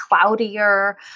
cloudier